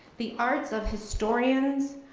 the arts of historians,